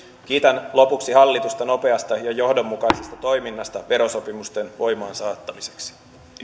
kiitän lopuksi hallitusta nopeasta ja johdonmukaisesta toiminnasta verosopimusten voimaansaattamiseksi